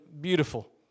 beautiful